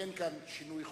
אין כאן שינוי חוק-יסוד,